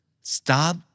Stop